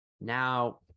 Now